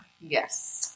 Yes